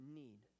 need